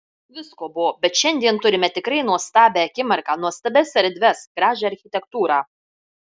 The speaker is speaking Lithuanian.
visko buvo bet šiandien turime tikrai nuostabią akimirką nuostabias erdves gražią architektūrą